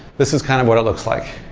this is kind of what it looks like.